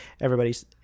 everybody's